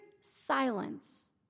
silence